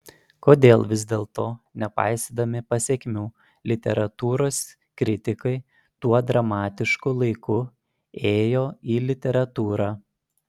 kodėl vis dėlto nepaisydami pasekmių literatūros kritikai tuo dramatišku laiku ėjo į literatūrą